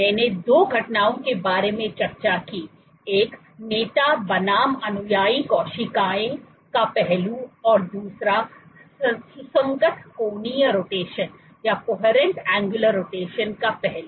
मैंने दो घटनाओं के बारे में चर्चा की एक नेता बनाम अनुयायी कोशिकाओं का पहलू और दूसरा सुसंगत कोणीय रोटेशन का पहलू